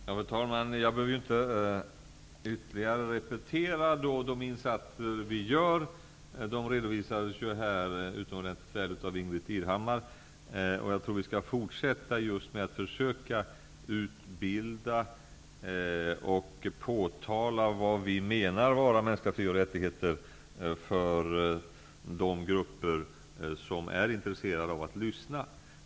Fru talman! Jag behöver inte ytterligare repetera de insatser vi gör. De redovisades här utomordentligt väl av Ingbritt Irhammar. Jag tror vi skall fortsätta att utbilda och påtala vad vi menar med mänskliga fri och rättigheter för de grupper som är intresserade av att lyssna.